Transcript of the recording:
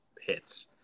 hits